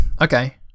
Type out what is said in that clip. Okay